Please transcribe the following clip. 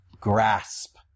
grasp